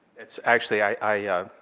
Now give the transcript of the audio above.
it's actually. i